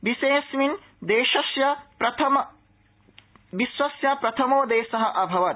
विषयेऽस्मिन् देशस्च विश्वस्य प्रथमो देश अभवत्